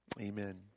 Amen